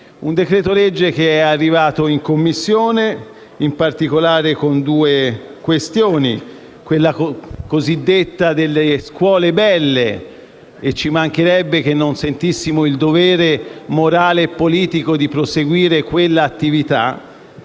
Il decreto-legge è arrivato in Commissione, in particolare con due questioni: quella cosiddetta delle scuole belle, e ci mancherebbe che non sentissimo il dovere morale e politico di proseguire quell'attività;